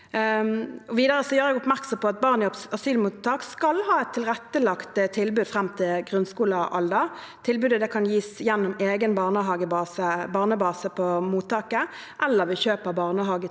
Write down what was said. jeg oppmerksom på at barn i asylmottak skal ha et tilrettelagt tilbud fram til grunnskolealder. Tilbudet kan gis gjennom egen barnebase på mottaket eller ved kjøp av barnehagetilbud